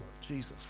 Jesus